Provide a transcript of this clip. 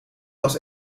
was